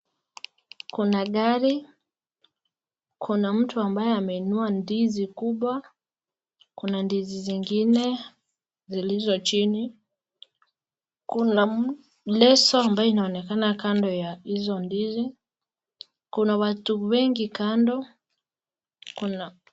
Kuna gari, Kuna mtu ambaye ameinua ndizi kubwa Kuna ndizi zingine zilizo chini, Kuna lezo ambayo inaonekana kando ya hizo ndizi, kuna watu wengi kando Kuna.